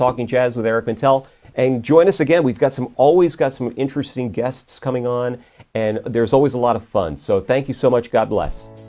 talking jazz with intel and join us again we've got some always got some interesting guests coming on and there's always a lot of fun so thank you so much god bless